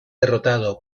derrotado